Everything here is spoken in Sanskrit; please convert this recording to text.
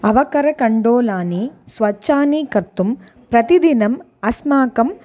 अवकरणकण्डोलानि स्वच्छानि कर्तुं प्रतिदिनम् अस्माकम्